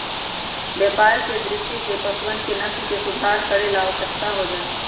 व्यापार के दृष्टि से पशुअन के नस्ल के सुधार करे ला आवश्यक हो जाहई